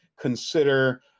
Consider